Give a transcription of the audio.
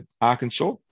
Arkansas